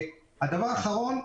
דבר אחרון,